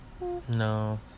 no